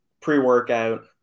pre-workout